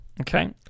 Okay